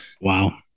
Wow